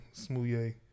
smoothie